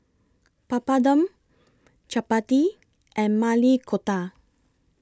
Papadum Chapati and Maili Kofta